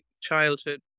childhood